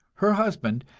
her husband,